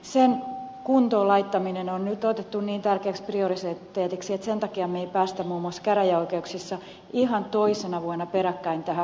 sen kuntoon laittaminen on nyt otettu niin tärkeäksi prioriteetiksi että sen takia me emme pääse muun muassa käräjäoikeuksissa toisena vuonna peräkkäin ihan tähän huippulukuun